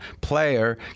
player